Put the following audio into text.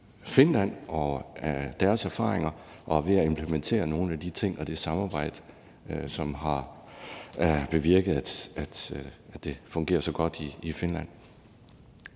og deres erfaringer og er ved at implementere nogle af de ting og det samarbejde, som har bevirket, at det fungerer så godt i Finland.